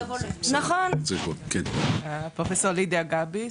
אני פרופ' לידיה גביס.